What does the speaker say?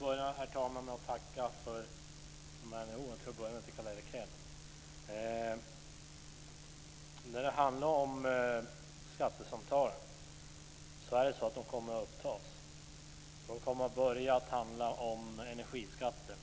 Herr talman! Jag får börja med att tacka Carl Erik Hedlund för de vänliga orden. Skattesamtalen kommer att upptas. De kommer att börja att handla energiskatterna